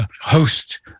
host